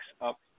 up